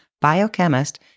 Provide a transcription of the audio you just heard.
biochemist